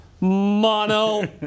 mono